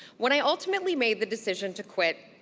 when i ultimately made the decision to quit,